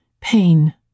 Pain